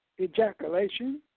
ejaculation